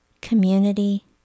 community